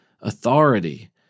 authority